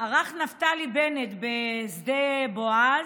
ערך נפתלי בנט בשדה בועז,